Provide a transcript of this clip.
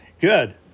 Good